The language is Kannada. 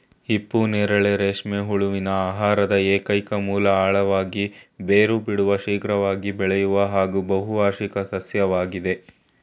ಹಿಪ್ಪುನೇರಳೆ ರೇಷ್ಮೆ ಹುಳುವಿನ ಆಹಾರದ ಏಕೈಕ ಮೂಲ ಆಳವಾಗಿ ಬೇರು ಬಿಡುವ ಶೀಘ್ರವಾಗಿ ಬೆಳೆಯುವ ಹಾಗೂ ಬಹುವಾರ್ಷಿಕ ಸಸ್ಯವಾಗಯ್ತೆ